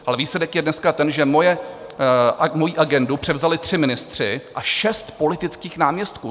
Ale výsledek je dneska ten, že moji agendu převzali tři ministři a šest politických náměstků.